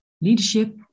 leadership